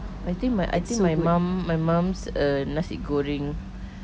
I think my I think my mum my mum's err nasi goreng